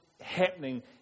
happening